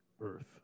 Earth